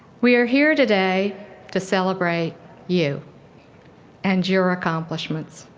we are here today to celebrate you and your accomplishments.